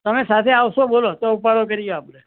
તમે સાથે આવશો બોલો તો ઉપાડો કરીએ આપણે